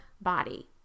body